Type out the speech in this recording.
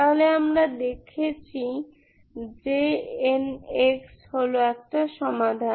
তাহলে আমরা দেখেছি Jnx হল একটি সমাধান